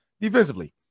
Defensively